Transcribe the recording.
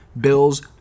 Bills